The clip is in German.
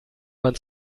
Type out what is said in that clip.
man